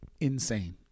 insane